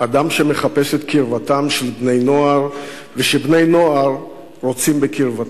אדם שמחפש את קרבתם של בני-נוער ובני-נוער רוצים בקרבתו.